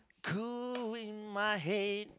cool wind my head